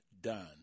done